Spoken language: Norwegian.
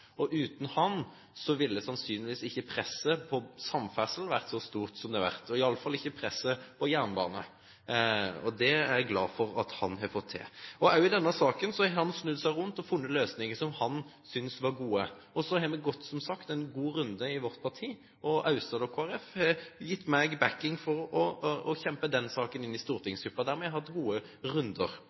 Uten ham ville sannsynligvis ikke presset på samferdsel vært så stort som det har vært – i alle fall ikke presset på jernbane – og det er jeg glad for at han har fått til. Også i denne saken har han snudd seg rundt og funnet løsninger som han syntes var gode. Så har vi gått, som sagt, en god runde i vårt parti, og Aust-Agder Kristelig Folkeparti har gitt meg bakking for å kjempe denne saken inn i stortingsgruppen, der har vi hatt gode runder.